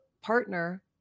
partner